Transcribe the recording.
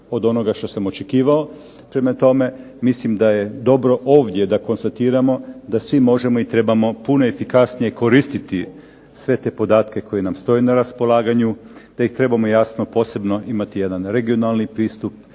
od onoga što sam očekivao. Prema tome, mislim da je dobro ovdje da konstatiramo da svi možemo i trebamo puno efikasnije koristiti sve te podatke koji nam stoje na raspolaganju, da ih trebamo jasno posebno imati jedan regionalni pristup